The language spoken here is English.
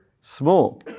small